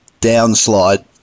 downslide